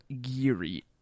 Geary